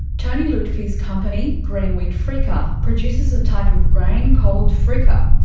tony lutfi's company, greenwheat freekeh, produces a type of grain called freekah.